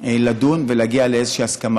לדון ולהגיע לאיזושהי הסכמה.